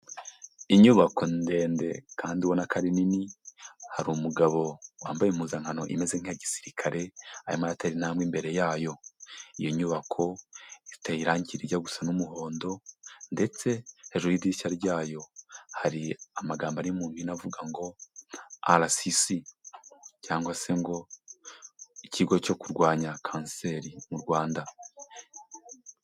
Inyubako ndende kandi ubona ko ari nini, hari umugabo wambaye impuzankano imeze nk'iya gisirikare, arimo aratera intambwe imbere yayo, iyo nyubako iteye irangi rijya gusa n'umuhondo ndetse hejuru y'idirishya ryayo, hari amagambo ari mu mpine avuga ngo: "RCC", cyangwa se ngo: " ikigo cyo kurwanya kanseri mu Rwanda".